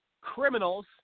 criminals